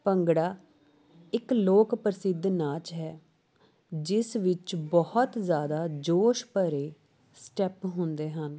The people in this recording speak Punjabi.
ਭੰਗੜਾ ਇੱਕ ਲੋਕ ਪ੍ਰਸਿੱਧ ਨਾਚ ਹੈ ਜਿਸ ਵਿੱਚ ਬਹੁਤ ਜ਼ਿਆਦਾ ਜੋਸ਼ ਭਰੇ ਸਟੈਪ ਹੁੰਦੇ ਹਨ